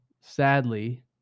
sadly